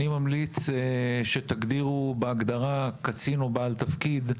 אני ממליץ שתגדירו בהגדרה קצין או בעל תפקיד,